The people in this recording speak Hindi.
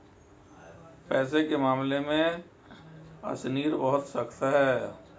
पैसे के मामले में अशनीर बहुत सख्त है